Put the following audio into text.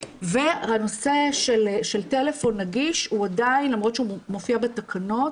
והנושא של טלפון נגיש הוא עדיין למרות שהוא מופיע בתקנות